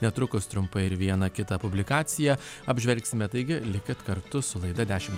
netrukus trumpai ir vieną kitą publikaciją apžvelgsime taigi likit kartu su laida dešimt